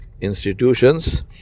institutions